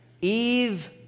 Eve